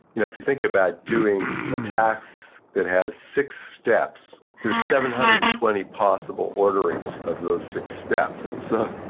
you know if you think about doing a task that has six steps, there's seven hundred and twenty possible orderings of those six steps. and so,